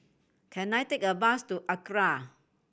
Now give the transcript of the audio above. can I take a bus to ACRA